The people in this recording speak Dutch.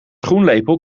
schoenlepel